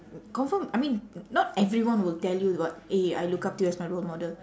confirm I mean not everyone will tell you [what] eh I look up to you as my role model